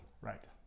Right